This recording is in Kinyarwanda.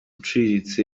uciriritse